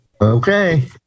Okay